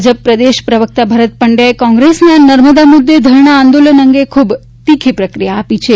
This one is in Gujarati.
ભાજપ પ્રદેશ પ્રવક્તા ભરત પંડ્યાએ કોંગ્રેસના નર્મદા મુદ્દે ધરણા આંદોલન અંગે ખૂબ તીખી પ્રતિક્રિયા આપી છે